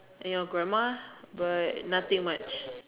and your grammar but nothing much